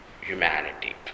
humanity